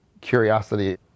curiosity